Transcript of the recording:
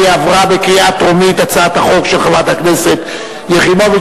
עברה בקריאה טרומית הצעת החוק של חברת הכנסת יחימוביץ